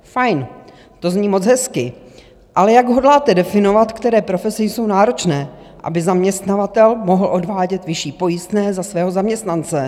Fajn, to zní moc hezky, ale jak hodláte definovat, které profese jsou náročné, aby zaměstnavatel mohl odvádět vyšší pojistné za svého zaměstnance?